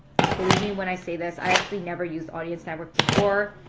just believe me when i say this. i actually never used audience network before.